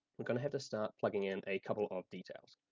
we're gonna have to start plugging in a couple of details.